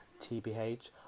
TBH